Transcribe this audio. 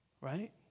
right